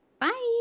Bye